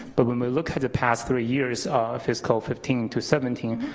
but when we look at the past three years of fiscal fifteen to seventeen,